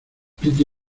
piti